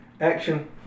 action